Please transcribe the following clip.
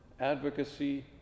advocacy